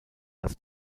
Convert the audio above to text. als